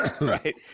Right